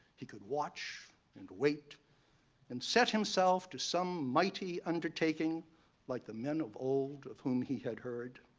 he could watch and wait and set himself to some mighty undertaking like the men of old of whom he had heard?